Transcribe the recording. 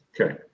Okay